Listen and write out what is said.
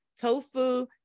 tofu